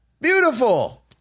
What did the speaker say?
Beautiful